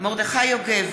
מרדכי יוגב,